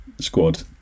squad